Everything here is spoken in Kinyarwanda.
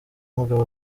umugabo